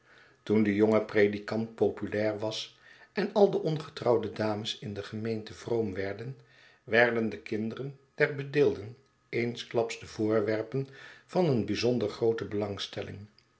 toen de jonge predikant populair was en al de ongetrouwde dames in de gemeente vroom werden werden de kinderen der bedeelden eensklaps de voorwerpen van een bijzonder groote belangstelling